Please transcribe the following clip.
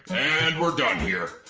and we're done here.